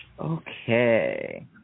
Okay